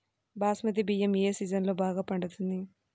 బాస్మతి బియ్యం ఏ సీజన్లో బాగా పండుతుంది?